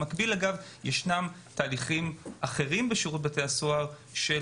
במקביל ישנם תהליכים אחרים בשירות בתי הסוהר של